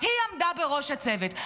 היא עמדה בראש הצוות.